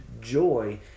joy